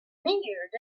reared